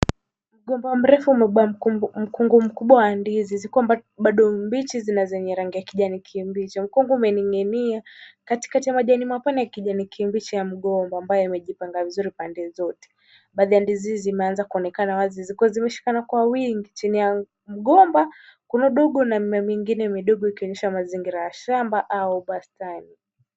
Mgomba mrefu umebeba mkungu mkubwa wa ndizi. Ziko bado mbichi na zina rangi ya kijani kibichi. Mkungu umening'inia katikakati ya majani mapana ya kijani kibichi ya mgomba ambayo imejipanga vizuri pande zote. Baadhi ya ndizi hizi zimeanza kuonekana wazi. Ziko zimeshikana kwa wingi chini ya mgomba kuna udongo na mimea mingine midogo ikionyesha mazingira ya shamba au bustani.